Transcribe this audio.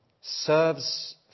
serves